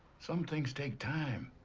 some things take time.